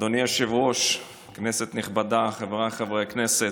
אדוני היושב-ראש, כנסת נכבדה, חבריי חברי הכנסת,